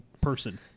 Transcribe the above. person